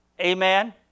Amen